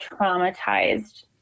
traumatized